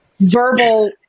verbal